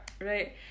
right